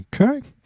Okay